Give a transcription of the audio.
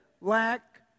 lack